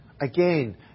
Again